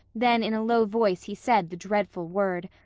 then in a low voice he said the dreadful word.